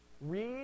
Read